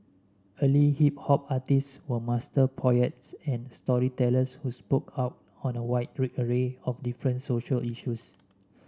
early hip hop artists were master poets and storytellers who spoke out on a wide array of different social issues